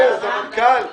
12:12.